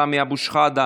סמי אבו שחאדה,